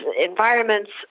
environments